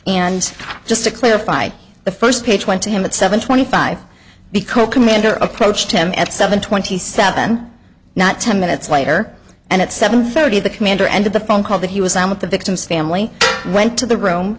and just to clarify the first page went to him at seven twenty five because the commander approached him at seven twenty seven not ten minutes later and at seven thirty the commander ended the phone call that he was on with the victim's family went to the room